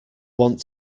want